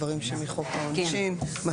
דברים שמחוק העונשין,